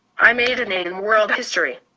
i made an a in world history.